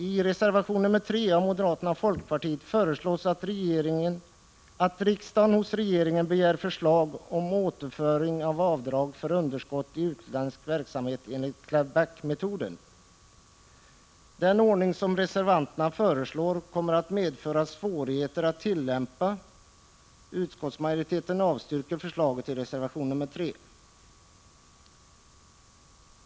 Den ordning som reservanterna föreslår kommer att medföra svårigheter att tillämpa. Utskottsmajoriteten avstyrker förslaget i reservation nr 3.